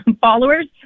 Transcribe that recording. followers